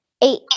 eight